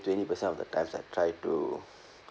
twenty percent of the times I try to